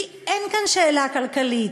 כי אין כאן שאלה כלכלית,